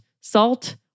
salt